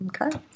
Okay